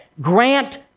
Grant